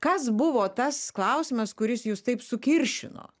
kas buvo tas klausimas kuris jus taip sukiršino